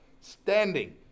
Standing